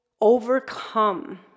overcome